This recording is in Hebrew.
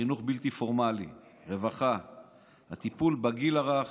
חינוך בלתי פורמלי, רווחה והטיפול בגיל הרך.